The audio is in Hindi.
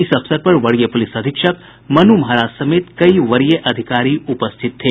इस अवसर पर वरीय पुलिस अधीक्षक मन् महाराज समेत कई वरीय अधिकारी उपस्थित थे